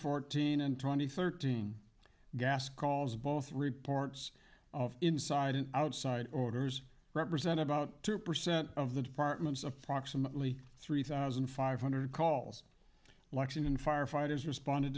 fourteen and twenty thirteen gas calls both reports of inside and outside orders represent about two percent of the department's approximately three thousand five hundred calls lexington firefighters responded